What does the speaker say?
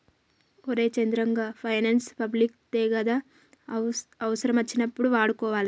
ఒరే చంద్రం, గా finance public దే గదా, అవుసరమచ్చినప్పుడు వాడుకోవాలె